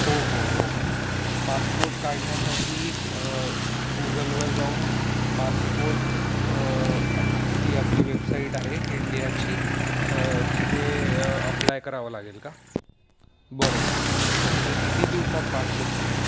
हो हो हो पासपोर्ट काढण्यासाठी गुगलवर जाऊन पासपोर्ट आपची आपली जी वेबसाईट आहे इंडियाची तिथे अप्लाय करावं लागेल का बरं ठीके आणि किती दिवसात पासपोर्ट मिळेल